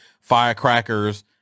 firecrackers